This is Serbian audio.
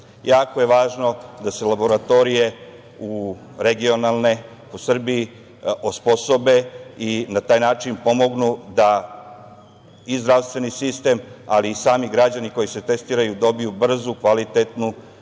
da se regionalne laboratorije u Srbiji osposobe i na taj način pomognu da i zdravstveni sistem, ali i sami građani koji se testiraju, dobiju brzu, kvalitetnu i validnu